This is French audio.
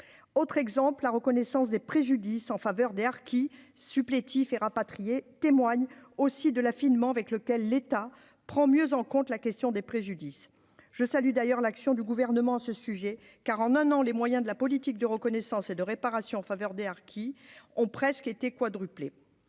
autre exemple, la reconnaissance des préjudices en faveur des harkis, supplétifs et rapatriés témoignent aussi de la finement avec lequel l'État prend mieux en compte la question des préjudices je salue d'ailleurs l'action du gouvernement ce sujet car en un an, les moyens de la politique de reconnaissance et de réparation en faveur des harkis ont presque été le